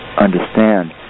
understand